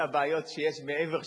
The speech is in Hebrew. כל הבעיות שיש מעבר,